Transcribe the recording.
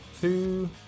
two